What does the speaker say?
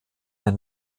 der